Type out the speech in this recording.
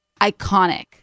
iconic